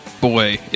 boy